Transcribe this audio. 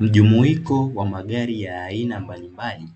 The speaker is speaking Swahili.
Mjumuiko wa magari ya aina mbalimbali